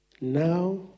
Now